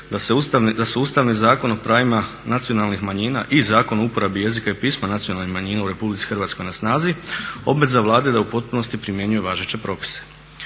da se Ustavni zakon o pravima nacionalnih manjina i Zakon o uporabi jezika i pisma nacionalnih manjina u Republici Hrvatskoj na snazi, obveza je Vlade da u potpunosti primjenjuje važeće propise.